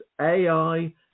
AI